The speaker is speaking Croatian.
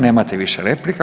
Nemate više replika.